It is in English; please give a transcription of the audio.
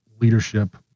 leadership